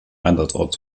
einsatzort